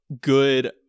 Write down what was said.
good